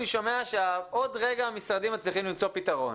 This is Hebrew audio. שומע שעוד רגע המשרדים מצליחים למצוא פתרון,